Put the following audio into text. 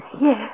Yes